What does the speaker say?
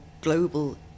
global